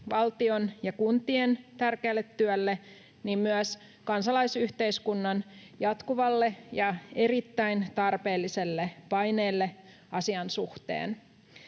valtion ja kuntien tärkeälle työlle myös kansalaisyhteiskunnan jatkuvalle ja erittäin tarpeelliselle paineelle asian suhteen.